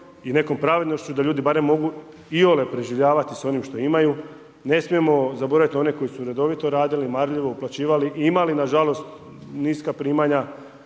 i nekom pravednošću da ljudi barem mogu iole preživljavati sa ovim što imaju, ne smijemo zaboravit na one koji su redovito radili, marljivo uplaćivali i imali nažalost niska primanja